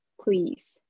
please